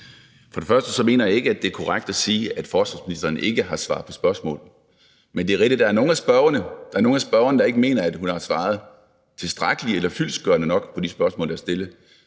For det første mener jeg ikke, at det er korrekt at sige, at forsvarsministeren ikke har svaret på spørgsmål, men det er rigtigt, at der er nogle af spørgerne, der ikke mener hun har svaret tilstrækkeligt eller fyldestgørende nok på de spørgsmål, der er stillet.